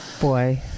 Boy